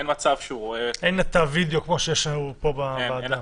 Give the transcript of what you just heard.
אין מצב שהוא רואה --- אין את הווידאו כמו שיש לנו פה בוועדה.